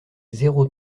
zéro